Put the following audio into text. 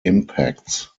impacts